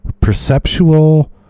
perceptual